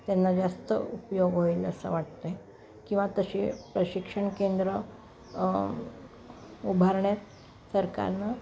त्यांना जास्त उपयोग होईल असे वाटते किंवा तसे प्रशिक्षण केंद्र उभारण्यात सरकारने